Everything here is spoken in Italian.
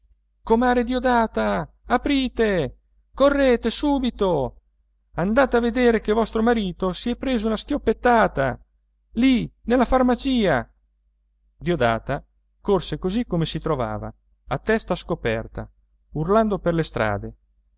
gridava comare diodata aprite correte subito andate a vedere che vostro marito si è presa una schioppettata lì nella farmacia diodata corse così come si trovava a testa scoperta urlando per le strade